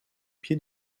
pied